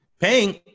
paying